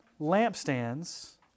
lampstands